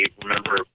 remember